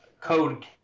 code